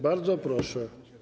Bardzo proszę.